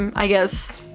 um i guess,